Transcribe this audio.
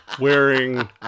Wearing